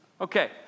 Okay